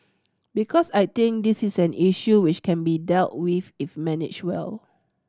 because I think this is an issue which can be dealt with if managed well